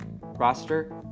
roster